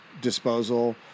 disposal